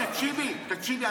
תקשיבי, תקשיבי.